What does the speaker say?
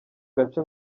gace